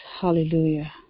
Hallelujah